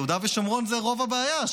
ביהודה ושומרון זה רוב הבעיה,